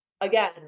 again